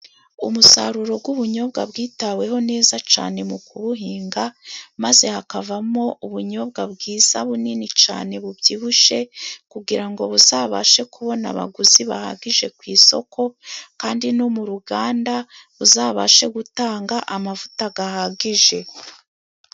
Umusaruro g'ubunyobwa bwitaweho neza cane mu kuwuhinga maze hakavamo ubunyobwa bwiza bunini cane bubyibushe kugira ngo buzabashe kubona abaguzi bahagije ku isoko kandi no mu ruganda buzabashe gutanga amavuta gahagije.